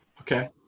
Okay